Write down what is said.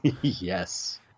Yes